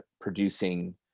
producing